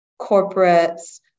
corporates